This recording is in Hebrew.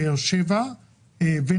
בבאר שבע ובנצרת.